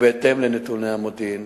בהתאם לנתוני מודיעין.